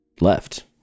left